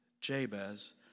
Jabez